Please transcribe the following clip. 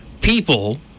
people